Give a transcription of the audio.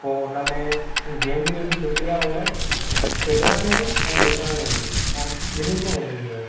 पोइ हुन में गेम बि ऐॾी सुठी आहे हूअ खेॾण में बि ऐं ॾिसण में बि पो बिन्ही में मज़ो ईंदो आहे